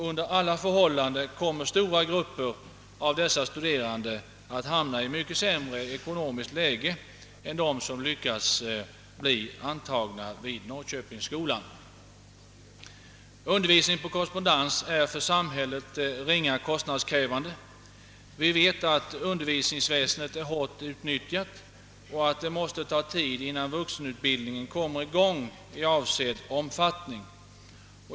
Under alla förhållanden kommer stora grupper av dessa människor att hamna i mycket sämre ekonomiskt läge än dem som lyckas bli intagna vid Norrköpingsskolan. Undervisning per korrespondens är för samhället ringa kostnadskrävande. Vi vet att undervisningsväsendet är hårt utnyttjat och att det måste ta tid innan vuxenutbildningen kommer i gång i avsedd omfattning.